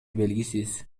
белгисиз